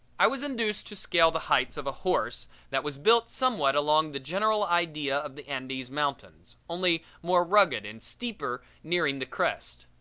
i was induced to scale the heights of a horse that was built somewhat along the general idea of the andes mountains, only more rugged and steeper nearing the crest.